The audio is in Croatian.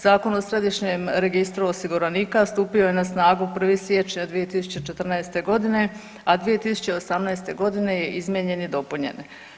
Zakon o središnjem registru osiguranika stupio je na snagu 1. siječnja 2014. godine, a 2018. godine je izmijenjen i dopunjen.